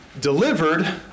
delivered